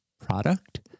product